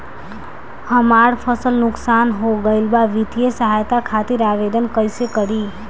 हमार फसल नुकसान हो गईल बा वित्तिय सहायता खातिर आवेदन कइसे करी?